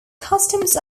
customs